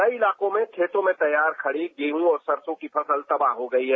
कई इलाकों में खेतों में तैयार खड़ी गेहूं और सरसों की फसल तबाह हो गई है